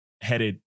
headed